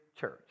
church